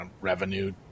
revenue